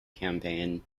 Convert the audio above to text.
campaign